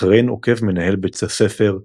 אחריהן עוקב מנהל בית הספר,